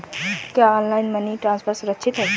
क्या online money transfer सुरक्षित है?